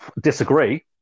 disagree